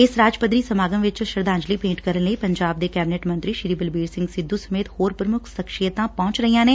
ਇਸ ਰਾਜ ਪੱਧਰੀ ਸਮਾਗਮ ਵਿੱਚ ਸ਼ਰਧਾਂਜਲੀ ਭੇਟ ਕਰਨ ਲਈ ਪੰਜਾਬ ਦੇ ਕੈਬਨਿਟ ਮੰਤਰੀ ਸ਼ੀ ਬਲਬੀਰ ਸਿੰਘ ਸਿੱਧੁ ਸਮੇਤ ਹੋਰ ਪ੍ਰਮੁੱਖ ਸਖਸ਼ੀਅਤਾਂ ਪਹੂੰਚ ਰਹੀਆਂ ਹਨ